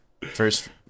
first